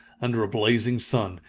under a blazing sun,